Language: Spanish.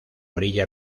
orilla